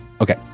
Okay